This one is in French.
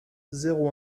zéro